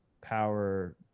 power